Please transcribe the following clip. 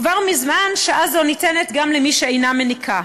כבר מזמן שעה זו ניתנת גם למי שאינה מניקה.